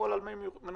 הכול על מי מנוחות.